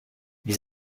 les